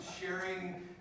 sharing